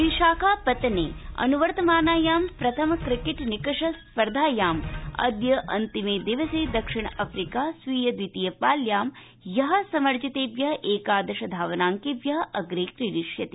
विशाखा पत्तने अनुवर्तमानायां प्रथम क्रिकेट् निकष स्पर्धायाम् अद्य अन्तिमे दिवसे दक्षिणाफ्रीका स्वीय द्वितीय पाल्यां ह्यः समर्जितेभ्यः एकादश धावनांकेभ्यः अग्रे क्रीडिष्यति